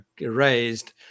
raised